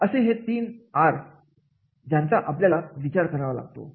असे हे तीन आर ज्यांचा आपल्याला विचार करावा लागतो